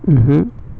mmhmm